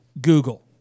Google